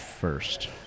first